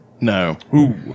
No